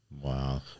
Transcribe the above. Wow